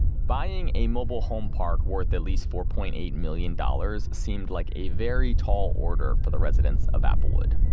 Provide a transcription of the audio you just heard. buying a mobile home park worth at least four point eight million dollars seemed like a very tall order for the residents of applewood.